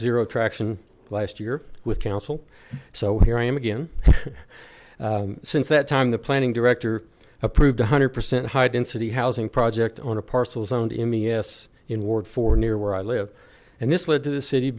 zero traction last year with council so here i am again since that time the planning director approved one hundred percent high density housing project on a parcel zoned in me s in ward four near where i live and this led to the city